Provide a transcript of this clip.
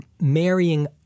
marrying